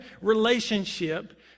relationship